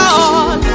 God